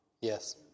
Yes